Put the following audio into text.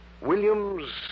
Williams